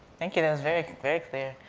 thank you, that was very very clear.